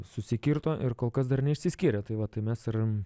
susikirto ir kol kas dar neišsiskyrė tai va tai mes ir